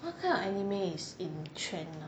what kind of anime is in trend now